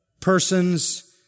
persons